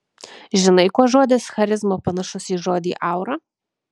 žinai kuo žodis charizma panašus į žodį aura